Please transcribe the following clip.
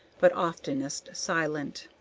but oftenest silent.